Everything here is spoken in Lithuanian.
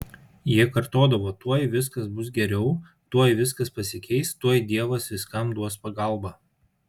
jie kartodavo tuoj viskas bus geriau tuoj viskas pasikeis tuoj dievas viskam duos pagalbą